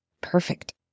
perfect